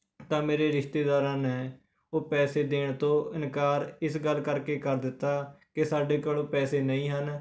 ਤਾਂ ਮੇਰੇ ਰਿਸ਼ਤੇਦਾਰਾਂ ਨੇ ਉਹ ਪੈਸੇ ਦੇਣ ਤੋਂ ਇਨਕਾਰ ਇਸ ਗੱਲ ਕਰਕੇ ਕਰ ਦਿੱਤਾ ਕਿ ਸਾਡੇ ਕੋਲ ਪੈਸੇ ਨਹੀਂ ਹਨ